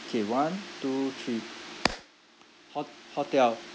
K one two three hot~ hotel